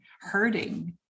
hurting